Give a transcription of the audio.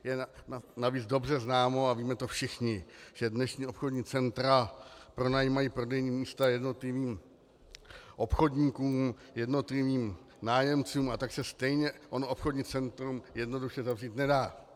Je navíc dobře známo a víme to všichni, že dnešní obchodní centra pronajímají prodejní místa jednotlivým obchodníkům, jednotlivým nájemcům, a tak se stejně ono obchodní centrum jednoduše zavřít nedá.